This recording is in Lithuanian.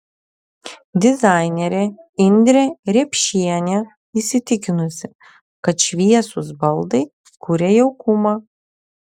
dizainerė indrė riepšienė įsitikinusi kad šviesūs baldai kuria jaukumą